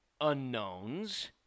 unknowns